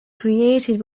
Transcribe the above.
created